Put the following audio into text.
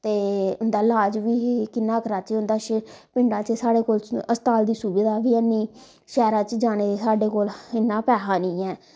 ते उं'दा लाज़ बी कियां कराचै उं'दा पिंडा च साढ़े कोई हस्ताल दी सुविधा बी ऐनी शैह्रा च जाने दी साढ़े कोल इन्ना पैसा नी ऐ